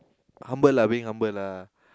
humble lah being humble lah